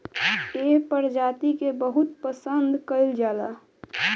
एह प्रजाति के बहुत पसंद कईल जाला